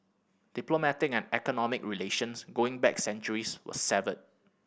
diplomatic and economic relations going back centuries were severed